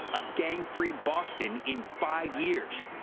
a gang-free boston in five years.